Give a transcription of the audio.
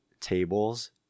tables